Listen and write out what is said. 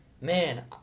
man